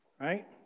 right